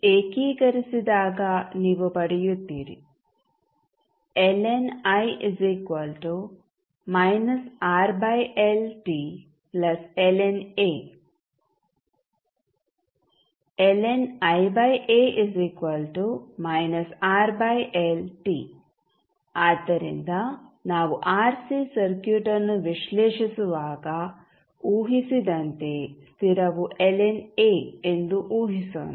ಏಕೀಕರಿಸಿದಾಗ ನೀವು ಪಡೆಯುತ್ತೀರಿ ಆದ್ದರಿಂದ ನಾವು ಆರ್ಸಿ ಸರ್ಕ್ಯೂಟ್ ಅನ್ನು ವಿಶ್ಲೇಷಿಸುವಾಗ ಊಹಿಸಿದಂತೆಯೇ ಸ್ಥಿರವು ln A ಎಂದು ಊಹಿಸೋಣ